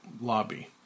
lobby